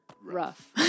rough